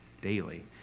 daily